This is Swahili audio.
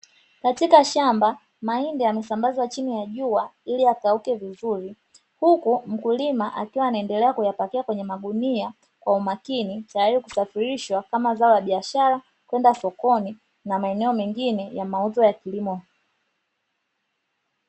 Katika shamba mahindi yamesambazwa chini ya jua ili yakauke vizuri, huku mkulima akiwa anaendelea kuyapakia kwenye magunia kwa umakini, tayari kusafirishwa kama zao la biashara kwenda sokoni na maeneo mengine ya mauzo ya kilimo.